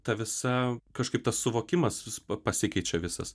ta visa kažkaip tas suvokimas vis pasikeičia visas